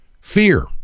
Fear